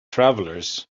travelers